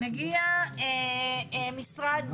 מגיע משרד